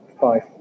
five